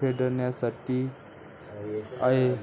फेडण्यासाठी आहे